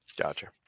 gotcha